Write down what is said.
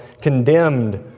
condemned